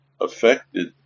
affected